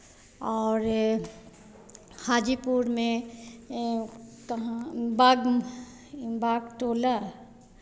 और हाजीपुर में कहाँ बाग म इम बाग टोला